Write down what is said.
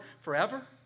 forever